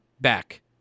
back